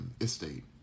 estate